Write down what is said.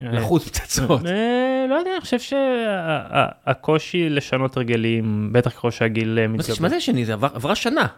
אחוז פצצות. אה לא יודע אני חושב שהקושי לשנות הרגלים בטח כמו שהגיל מה זה השני עברה שנה.